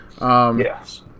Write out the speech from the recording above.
Yes